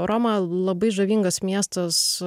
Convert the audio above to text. roma labai žavingas miestas